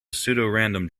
pseudorandom